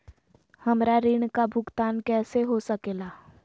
हमरा ऋण का भुगतान कैसे हो सके ला?